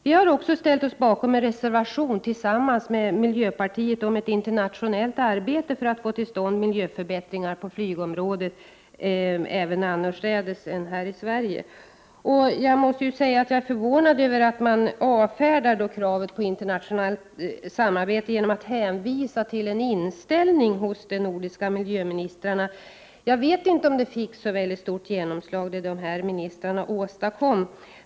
Vi har också ställt oss bakom en reservation tillsammans med miljöpartiet om ett internationellt arbete för att få till stånd miljöförbättringar på flygområdet även annorstädes än här i Sverige. Jag måste säga att jag är 3 förvånad över att man så lättvindigt kan avfärda kravet på internationellt samarbete genom att hänvisa till en inställning hos de nordiska miljöministrarna. Jag vet inte om det dessa ministrar åstadkom fick så stort genomslag.